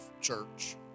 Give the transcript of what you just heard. Church